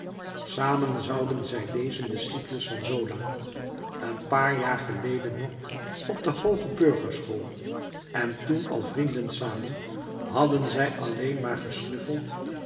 samen zouden zij lezen den cyclus van zola een paar jaar geleden nog op de hooge burgerschool en toen al vrienden samen hadden zij alleen maar gesnuffeld